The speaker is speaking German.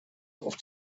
auf